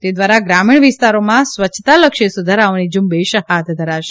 તે દ્વારા ગ્રામીણ વિસ્તારોમાં સ્વચ્છતાલક્ષી સુધારાઓની ઝુંબેશ હાથ ધરાશે